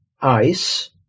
ice